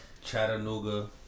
Chattanooga